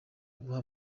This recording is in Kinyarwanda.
guha